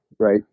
Right